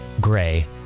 gray